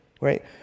right